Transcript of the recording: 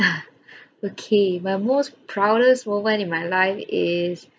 okay my most proudest moment in my life is